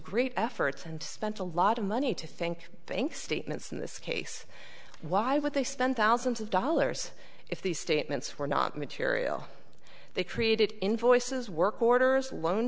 great efforts and spent a lot of money to think think statements in this case why would they spend thousands of dollars if these statements were not material they created invoices work orders loan